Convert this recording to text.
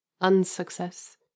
unsuccess